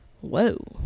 whoa